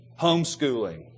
homeschooling